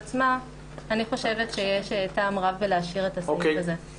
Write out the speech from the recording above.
אני חושבת שיש טעם רב להשאיר את הסעיף הזה.